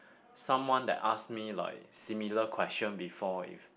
someone that asked me like similar question before if